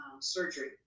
surgery